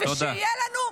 ושיהיה לנו,